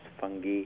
fungi